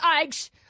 eggs